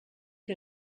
que